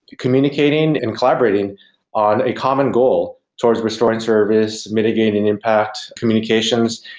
communicating and collaborating on a common goal towards restoring services, mitigating impact, communications.